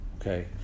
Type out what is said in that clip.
okay